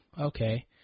Okay